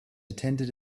attended